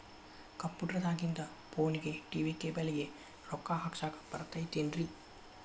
Computer ದಾಗಿಂದ್ ಫೋನ್ಗೆ, TV cable ಗೆ, ರೊಕ್ಕಾ ಹಾಕಸಾಕ್ ಬರತೈತೇನ್ರೇ?